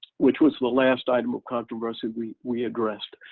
which was the last item of controversy we we addressed.